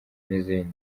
n’izindi